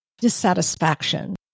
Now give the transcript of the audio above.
dissatisfaction